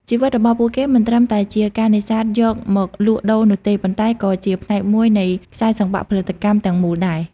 ជីវិតរបស់ពួកគេមិនត្រឹមតែជាការនេសាទយកមកលក់ដូរនោះទេ ប៉ុន្តែក៏ជាផ្នែកមួយនៃខ្សែសង្វាក់ផលិតកម្មទាំងមូលដែរ។